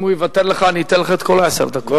אם הוא יוותר לך, אני אתן לך את כל עשר הדקות.